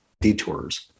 detours